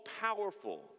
powerful